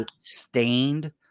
stained